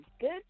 good